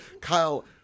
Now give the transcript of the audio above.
Kyle